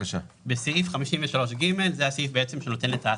סעיף 53ג הוא הסעיף שנותן את ההטבות.